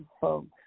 folks